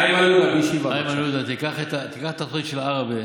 איימן עודה, תיקח את התוכנית של עראבה